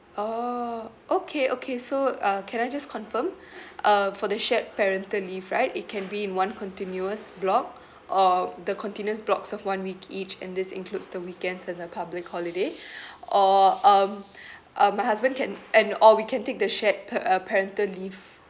orh okay okay so uh can I just confirm uh for the shared parental leave right it can be in one continuous block or the continuous blocks of one week each and this includes the weekends and the public holiday or um uh my husband can and or we can take the shared pa~ uh parental leave